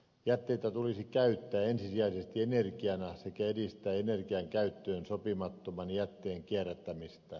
jätteitä tulisi käyttää ensisijaisesti energiana sekä edistää energiankäyttöön sopimattoman jätteen kierrättämistä